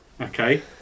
okay